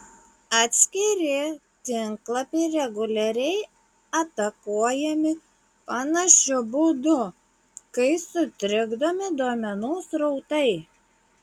atskiri tinklapiai reguliariai atakuojami panašiu būdu kai sutrikdomi duomenų srautai